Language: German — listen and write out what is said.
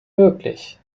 möglich